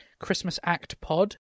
ChristmasActpod